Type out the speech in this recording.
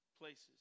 places